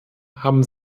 haben